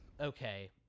Okay